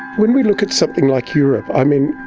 when we look at something like europe. i mean,